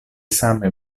same